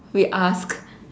we ask